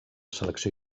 selecció